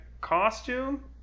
costume